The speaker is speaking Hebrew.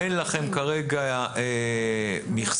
אין לכם כרגע מכסה,